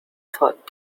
thought